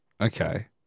Okay